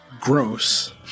gross